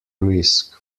risk